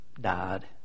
died